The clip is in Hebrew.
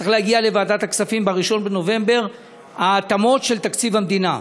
צריכות להגיע לוועדת הכספים ב-1 בנובמבר ההתאמות של תקציב המדינה,